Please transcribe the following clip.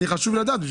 חשוב לי לדעת.